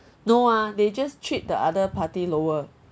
no ah they just treat the other party lower